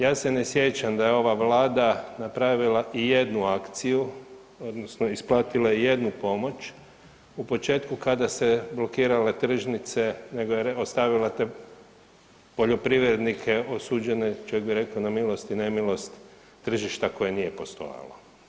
Ja se ne sjećam da je ova Vlada napravila ijednu akciju, odnosno isplatila i jednu pomoć u početku kada se blokirane tržnice, nego je ostavila te poljoprivrednike, osuđene, čak bi rekao na milost i nemilost tržišta koje nije postojalo.